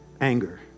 anger